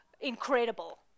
incredible